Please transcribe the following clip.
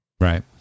right